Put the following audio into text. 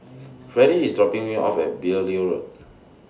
Freddy IS dropping Me off At Beaulieu Road